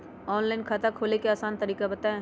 Online खाता खोले के आसान तरीका बताए?